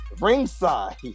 ringside